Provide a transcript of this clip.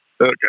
okay